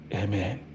amen